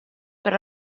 per